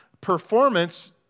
performance